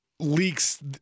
leaks